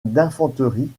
d’infanterie